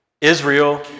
Israel